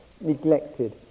neglected